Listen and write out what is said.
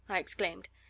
i exclaimed.